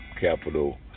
capital